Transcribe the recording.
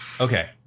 Okay